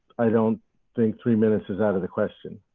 i don't think three minutes is out of the question.